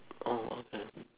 oh okay